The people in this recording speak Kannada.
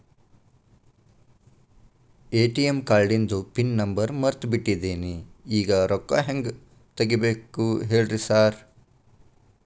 ಎ.ಟಿ.ಎಂ ಕಾರ್ಡಿಂದು ಪಿನ್ ನಂಬರ್ ಮರ್ತ್ ಬಿಟ್ಟಿದೇನಿ ಈಗ ರೊಕ್ಕಾ ಹೆಂಗ್ ತೆಗೆಬೇಕು ಹೇಳ್ರಿ ಸಾರ್